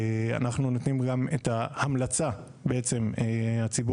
אנחנו נותנים גם את ההמלצה הציבורית.